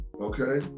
okay